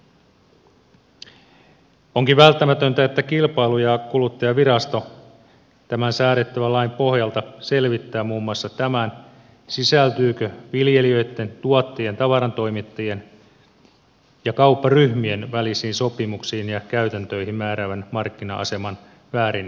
onkin välttämätöntä että kilpailu ja kuluttajavirasto tämän säädettävän lain pohjalta selvittää muun muassa tämän sisältyykö viljelijöitten tuottajien tavarantoimittajien ja kaupparyhmien välisiin sopimuksiin ja käytäntöihin määräävän markkina aseman väärinkäyttöä